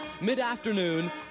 mid-afternoon